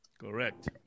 Correct